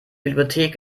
bibliothek